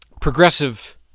progressive